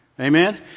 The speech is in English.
Amen